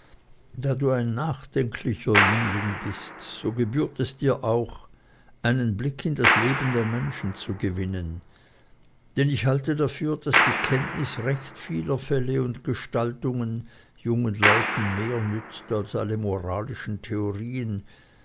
da du ein nachdenklicher jüngling bist so gebührt es dir auch einen blick in das leben der menschen zu gewinnen denn ich halte dafür daß die kenntnis recht vieler fälle und gestaltungen jungen leuten mehr nützt als alle moralischen theorien